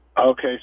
Okay